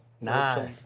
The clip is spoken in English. Nice